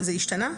זה השתנה?